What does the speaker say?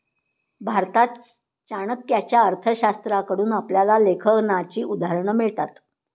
भारतात चाणक्याच्या अर्थशास्त्राकडून आपल्याला लेखांकनाची उदाहरणं मिळतात